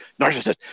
narcissist